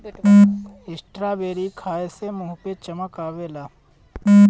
strawberry खाए से मुंह पे चमक आवेला